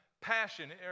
passion